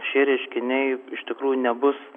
šie reiškiniai iš tikrųjų nebus